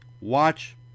watch